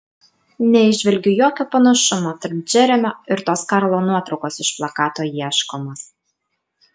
neįžvelgiu jokio panašumo tarp džeremio ir tos karlo nuotraukos iš plakato ieškomas